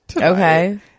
okay